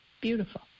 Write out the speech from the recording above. Beautiful